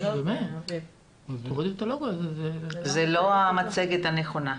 עלתה המצגת הלא נכונה.